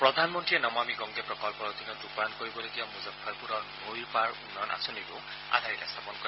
প্ৰধানমন্ত্ৰীয়ে নমামি গংগে প্ৰকল্পৰ অধীনত ৰূপায়ণ কৰিবলগীয়া মজ্জফৰপুৰৰ নৈৰ পাৰ উন্নয়ন আঁচনিৰো আধাৰশিলা স্থাপন কৰে